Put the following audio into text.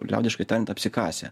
liaudiškai tariant apsikasę